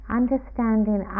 understanding